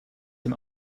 dem